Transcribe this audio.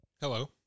Hello